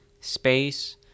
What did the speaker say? space